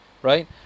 Right